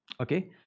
Okay